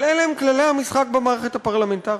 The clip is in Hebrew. אבל אלה הם כללי המשחק במערכת הפרלמנטרית,